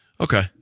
Okay